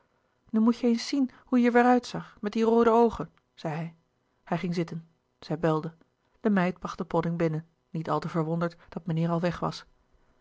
nu moest je eens zien hoe je er weêr uitzag met die roode oogen zei hij hij ging zitten zij belde de meid bracht de podding binnen niet al te verwonderd dat meneer al weg was